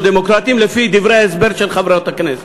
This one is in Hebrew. דמוקרטים לפי דברי ההסבר של חברות הכנסת.